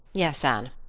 yes, anne,